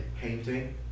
painting